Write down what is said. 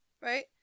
right